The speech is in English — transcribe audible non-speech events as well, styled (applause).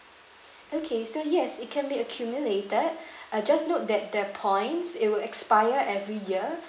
(noise) okay so yes it can be accumulated (breath) uh just note that the points it will expire every year